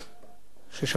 ששמענו פה עכשיו,